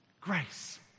grace